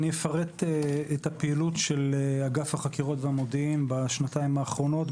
אני אפרט את הפעילות של אגף החקירות והמודיעין בשנתיים האחרונות,